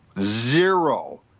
Zero